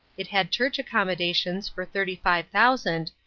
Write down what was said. it had church accommodations for thirty-five thousand,